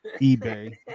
eBay